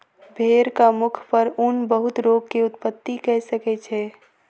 भेड़क मुख पर ऊन बहुत रोग के उत्पत्ति कय सकै छै